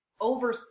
over